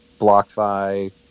BlockFi